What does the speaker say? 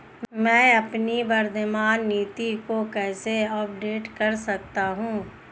मैं अपनी वर्तमान नीति को कैसे अपग्रेड कर सकता हूँ?